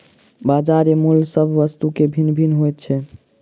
बजार मूल्य सभ वस्तु के भिन्न भिन्न होइत छै